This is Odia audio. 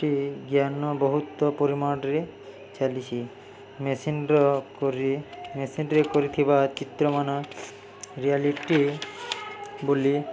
ଟି ଜ୍ଞାନ ବହୁତ ପରିମାଣରେ ଚାଲିଛି ମେସିନ୍ର କରି ମେସିନ୍ରେ କରିଥିବା ଚିତ୍ରମାନ ରିଆଲିଟି ବୋଲି